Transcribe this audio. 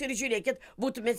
ir žiūrėkit būtumėt